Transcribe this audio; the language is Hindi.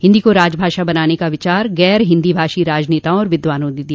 हिंदी को राजभाषा बनाने का विचार गैर हिंदी भाषी राजनेताओं और विद्वानों ने दिया